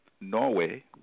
Norway